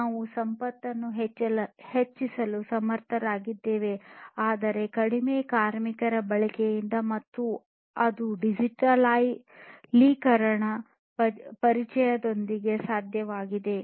ನಾವು ಸಂಪತ್ತನ್ನು ಹೆಚ್ಚಿಸಲು ಸಮರ್ಥರಾಗಿದ್ದೇವೆ ಆದರೆ ಕಡಿಮೆ ಕಾರ್ಮಿಕರ ಬಳಕೆಯಿಂದ ಮತ್ತು ಅದು ಡಿಜಿಟಲೀಕರಣದ ಪರಿಚಯದೊಂದಿಗೆ ಸಾಧ್ಯವಾಗಿದೆ